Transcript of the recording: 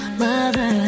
mother